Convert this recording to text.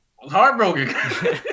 heartbroken